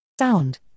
Sound